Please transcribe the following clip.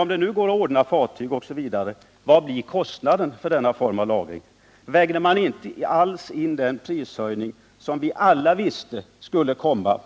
Om det nu går att ordna fartyg osv., vad blir kostnaderna för denna form av lagring? När beslutet togs i höstas av regeringen, vägde man då inte alls in den prishöjning som vi alla visste skulle komma?